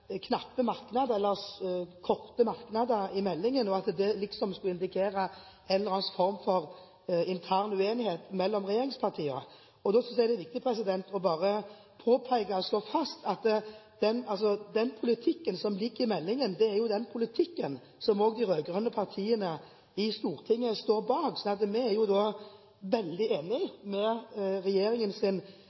korte merknader i meldingen, og at det liksom skulle indikere en eller annen form for intern uenighet mellom regjeringspartiene. Da synes jeg det er viktig bare å påpeke og slå fast at den politikken som ligger i meldingen, er den politikken som også de rød-grønne partiene i Stortinget står bak. Vi er jo veldig enig med regjeringen